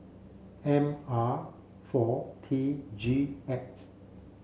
M R four T G X